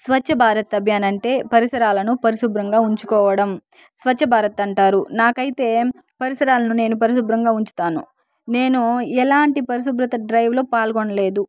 స్వచ్ఛభారత్ అభియాన్ అంటే పరిసరాలను పరిశుభ్రంగా ఉంచుకోవడం స్వచ్ఛభారత్ అంటారు నాకైతే పరిసరాలను నేను పరిశుభ్రంగా ఉంచుతాను నేను ఎలాంటి పరిశుభ్రత డ్రైవ్లో పాల్గొనలేదు